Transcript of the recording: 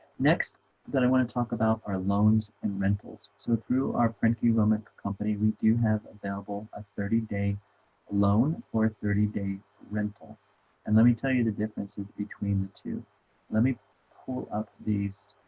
next that i want to talk about our loans and rentals so through our prentke romich company we do have available a thirty day loan or thirty day rental and let me tell you the differences between the two let me pull up these